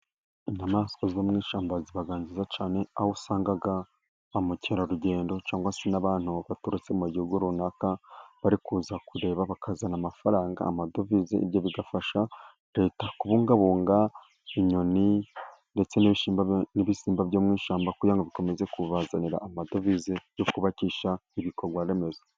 Inyamaswa zo mu ishyamba ziba nziza cyane, aho usanga ba mukerarugendo cyangwa se n'abantu baturutse mu gihugu runaka; bari kuza kureba bakazana amafaranga, amadovize. Ibyo bigafasha Leta kubungabunga inyoni ndetse n'ibisimba byo mu ishyamba ngo bikomeze kubazanira amadovize yo kubakisha ibikorwaremezo.